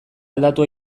aldatu